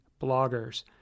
bloggers